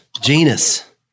genus